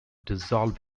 dissolve